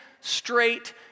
straight